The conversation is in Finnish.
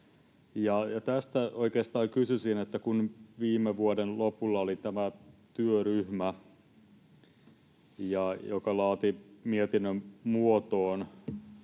Tästä oikeastaan kysyisin. Kun viime vuoden lopulla oli tämä työryhmä, joka laati mietinnön muotoon